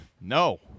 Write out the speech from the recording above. No